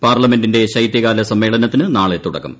പാർലമെന്റിന്റെ ശൈതൃകാല സമ്മേളനത്തിന് തുടക്കം